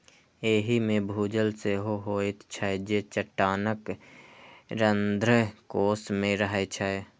एहि मे भूजल सेहो होइत छै, जे चट्टानक रंध्रकोश मे रहै छै